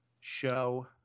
show